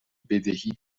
بدهی